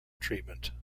treatment